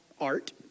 art